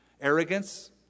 Arrogance